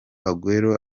aguero